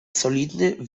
solidny